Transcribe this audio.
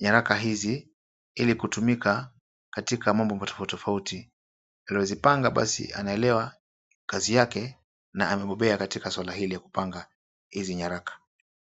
nyaraka hizi ili kutumika katika mambo tofauti tofauti. Aliyezipanga basi anaelewa kazi yake na amebobea katika swala hili la kupanga hizi nyaraka.